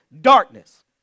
Darkness